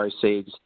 proceeds